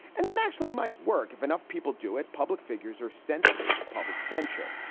and that actually might work if enough people do it. public figures are sensitive to public censure,